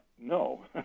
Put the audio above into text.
no